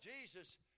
Jesus